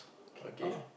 K !oh!